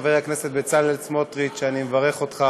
חבר הכנסת בצלאל סמוטריץ, אני מברך אותך